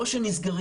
או שהם נסגרים,